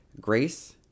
Grace